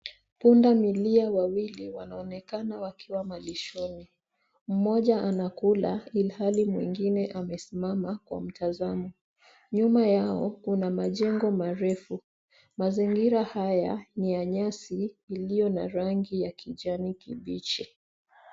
Pundamilia wawili wanaonekana wakiwa malishoni mmoja anakula ilhali mwingine amesimama kwa mtazamo. Nyuma yao kuna majengo marefu. Mazingira haya ni ya nyasi iliyo na rangi ya kijani kibichi.